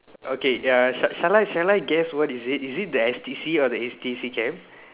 okay ya shall shall I shall I guess what is it is it the S_T_C or the H_T_C camp